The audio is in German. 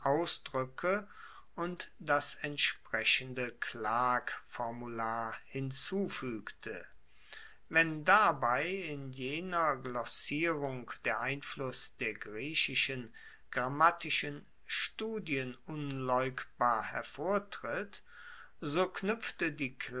ausdruecke und das entsprechende klagformular hinzufuegte wenn dabei in jener glossierung der einfluss der griechischen grammatischen studien unleugbar hervortritt so knuepfte die